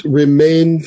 remain